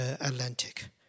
Atlantic